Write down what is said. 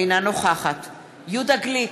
אינה נוכחת יהודה גליק,